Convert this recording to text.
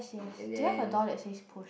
and then